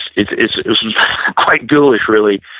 it's it's quite ghoulish really.